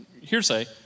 hearsay